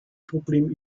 problem